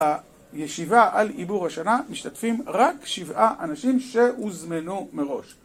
הישיבה על עיבור השנה משתתפים רק שבעה אנשים שהוזמנו מראש